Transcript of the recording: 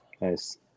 Nice